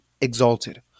exalted